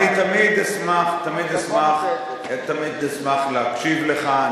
אני תמיד אשמח להקשיב לך.